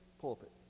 pulpit